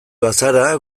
bazara